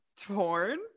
torn